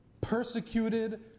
persecuted